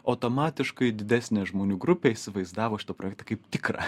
automatiškai didesnė žmonių grupė įsivaizdavo šitą projektą kaip tikrą